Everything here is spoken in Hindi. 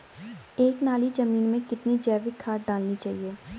एक नाली जमीन में कितना जैविक खाद डालना चाहिए?